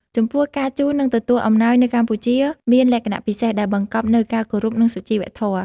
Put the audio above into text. ចំពោះ ការជូន និងទទួលអំណោយនៅកម្ពុជាមានលក្ខណៈពិសេស ដែលបង្កប់នូវការគោរព និងសុជីវធម៌។